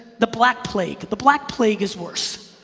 the black plague the black plague is worse.